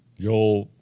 you'll.